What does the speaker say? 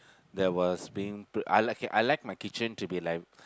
there was being I like it I like I like my kitchen to be like